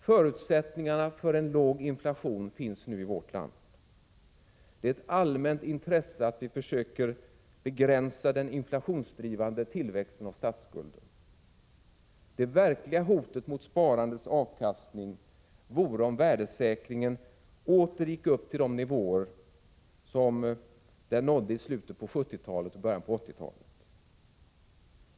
Förutsättningarna för en låg inflation finns nu i vårt land. Det är ett allmänt intresse att vi försöker begränsa den inflationsdrivande tillväxten av statsskulden. Det verkliga hotet mot sparandets avkastning vore om penningvärdeförsämringen åter gick upp till de nivåer som den nådde i slutet på 1970-talet och början av 1980-talet.